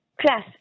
class